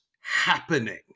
happening